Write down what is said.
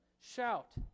Shout